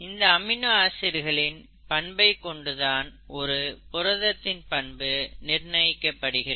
இந்த அமினோ ஆசிட்களின் பண்பை கொண்டு தான் ஒரு புரதத்தின் பண்பு நிர்ணயிக்கப்படுகிறது